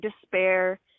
despair